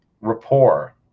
rapport